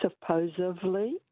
Supposedly